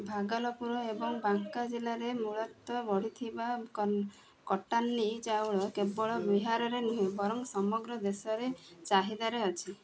ଭାଗଲପୁର ଏବଂ ବାଙ୍କା ଜିଲ୍ଲାରେ ମୂଳତ୍ୱ ବଢ଼ିଥିବା କଟାର୍ନି ଚାଉଳ କେବଳ ବିହାରରେ ନୁହେଁ ବରଂ ସମଗ୍ର ଦେଶରେ ଚାହିଦାରେ ଅଛି